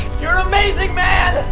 you're amazing man.